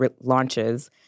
launches